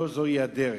לא זוהי הדרך.